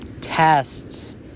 Tests